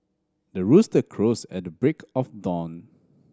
the rooster crows at the break of dawn